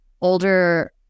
older